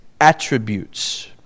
attributes